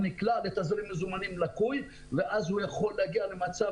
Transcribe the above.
הוא נקלע לתזרים מזומנים לקוי והוא יכול להגיע למצב